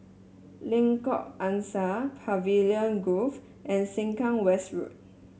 Lengkok Angsa Pavilion Grove and Sengkang West Road